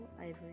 ivory